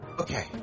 Okay